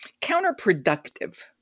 counterproductive